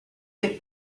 del